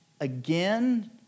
again